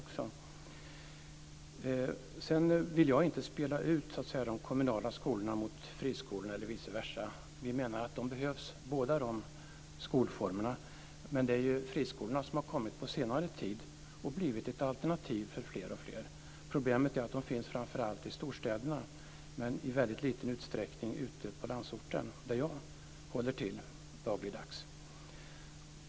Jag vill inte spela ut de kommunala skolorna mot friskolorna eller vice versa. Vi menar att båda skolformerna behövs. Men friskolorna har ju kommit på senare tid och blivit ett alternativ för alltfler. Problemet är att de finns framför allt i storstäderna men i liten utsträckning på landsorten, där jag håller till dagligdags.